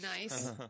Nice